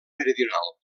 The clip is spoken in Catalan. meridional